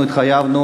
הללו,